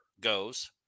goes